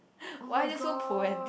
why are they so poetic